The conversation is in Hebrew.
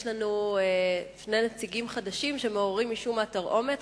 יש לנו שני נציגים חדשים שמעוררים משום מה תרעומת: